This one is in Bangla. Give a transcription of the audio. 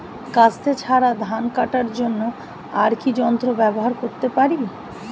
কাস্তে ছাড়া ধান কাটার জন্য আর কি যন্ত্র ব্যবহার করতে পারি?